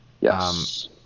Yes